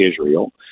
Israel